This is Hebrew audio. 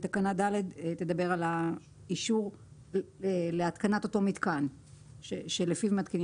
ותקנה ד' תדבר על אישור להתקנת המתקן המדובר.